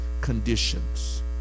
conditions